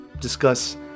discuss